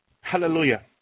Hallelujah